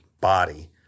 body